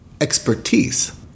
expertise